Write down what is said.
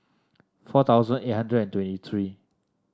four thousand eight hundred twenty three